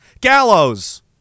Gallows